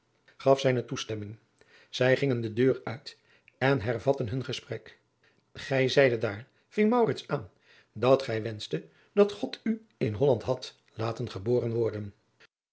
gaf zijne toestemming zij gingen de deur uit en hervatten hun gesprek gij zeide daar ving maurits aan dat gij wenschte dat god u in holland had laten geboren worden